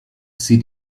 see